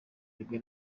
rimwe